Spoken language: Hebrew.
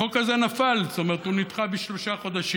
החוק הזה נפל, זאת אומרת, הוא נדחה בשלושה חודשים